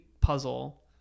puzzle